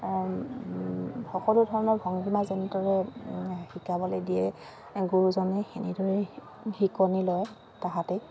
সকলো ধৰণৰ ভংগীমা যেনেদৰে শিকাবলৈ দিয়ে গুৰুজনে সেনেদৰে শিকনি লয় তাহাঁতেই